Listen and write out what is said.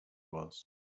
was